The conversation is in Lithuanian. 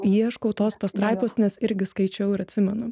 ieškau tos pastraipos nes irgi skaičiau ir atsimenu